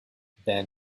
then